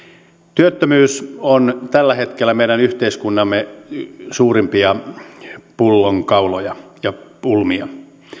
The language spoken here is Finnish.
työttömyys on tällä hetkellä meidän yhteiskuntamme suurimpia pullonkauloja ja pulmia